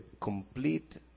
complete